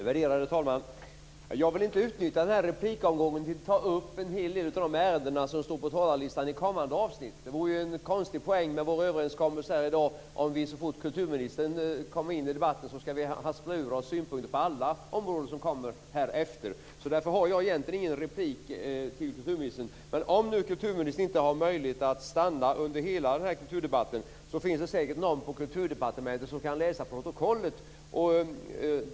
Värderade talman! Jag vill inte utnyttja replikomgången till att ta upp en hel del av de ärenden som står på talarlistan i kommande avsnitt. Det vore en konstig poäng med vår överenskommelse här i dag om vi så fort kulturministern kom in i debatten skall haspla ur oss synpunkter på alla områden som kommer upp i debatten härefter. Jag har därför egentligen inte någon replik till kulturministern. Om nu kulturministern inte har möjlighet att stanna under hela kulturdebatten finns det säkert någon på Kulturdepartementet som kan läsa protokollet.